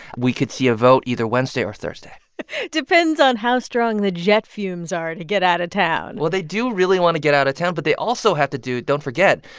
we could see a vote either wednesday or thursday it depends on how strong the jet fumes are to get out of town well, they do really want to get out of town, but they also have to do don't forget.